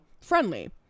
friendly